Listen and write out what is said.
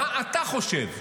מה אתה חושב?